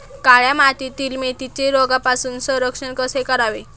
काळ्या मातीतील मेथीचे रोगापासून संरक्षण कसे करावे?